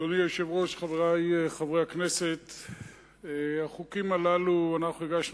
היהודית באוסלו לאנדרטה שהוקמה לזכרו של הנריק ורגלנד,